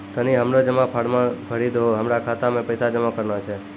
तनी हमरो जमा फारम भरी दहो, हमरा खाता मे पैसा जमा करना छै